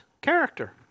character